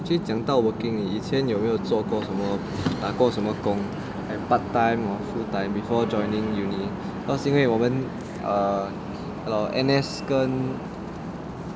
所以讲到 working 你以前有没有做过什么打过什么工 part time or full time before joining uni 那是因为我们 err err N_S